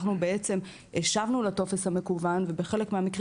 אנחנו בעצם השבנו לטופס המקוון ובחלק מהמקרים